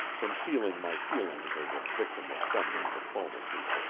concealing my feelings as a victim of feminine diplomacy.